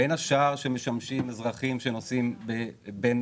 בין השאר שמשמשים אזרחים שנוסעים בין